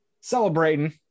celebrating